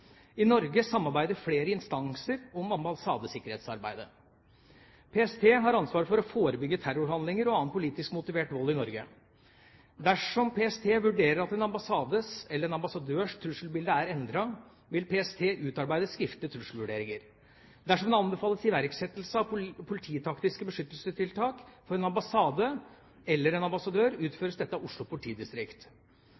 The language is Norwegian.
i utlandet. I Norge samarbeider flere instanser om ambassadesikkerhetsarbeidet. PST har ansvar for å forebygge terrorhandlinger og annen politisk motivert vold i Norge. Dersom PST vurderer at en ambassades eller en ambassadørs trusselbilde er endret, vil PST utarbeide skriftlige trusselvurderinger. Dersom det anbefales iverksettelse av polititaktiske beskyttelsestiltak for en ambassade eller en ambassadør,